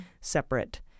separate